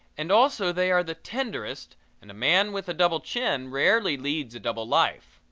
and also they are the tenderest and a man with a double chin rarely leads a double life.